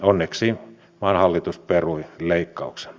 siitä tässä pitää puhua